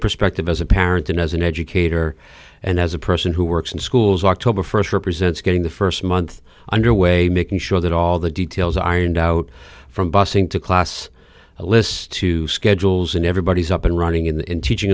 perspective as a parent and as an educator and as a person who works in schools october first represents getting the first month under way making sure that all the details ironed out from bussing to class lists to schedules and everybody's up and running in teaching